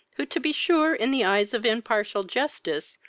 who, to be sure, in the eyes of impartial justice,